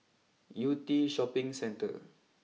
Yew Tee Shopping Centre